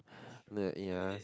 the ya